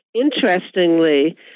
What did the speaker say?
Interestingly